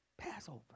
Passover